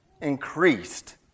increased